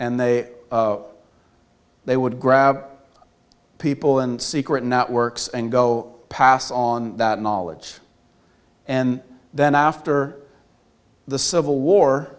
and they they would grab people and secret networks and go pass on that knowledge and then after the civil war